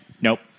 nope